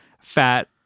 fat